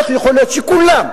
איך יכול להיות שכולם,